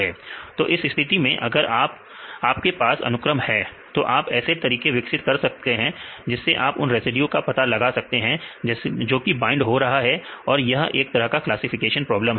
तो इस स्थिति में अगर आपके पास अनुक्रम है तो आप ऐसे तरीके विकसित कर सकते हैं जिससे आप उन रेसिड्यूज का पता लगा सकते हैं जोकि बाइंड हो रहा है और यह एक तरह का क्लासिफिकेशन प्रॉब्लम है